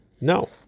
No